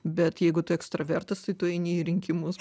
bet jeigu tu ekstravertas tai tu eini į rinkimus